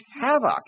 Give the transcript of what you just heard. havoc